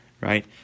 right